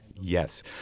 Yes